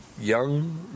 young